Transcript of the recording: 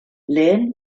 lehen